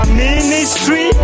ministry